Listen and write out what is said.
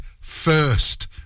first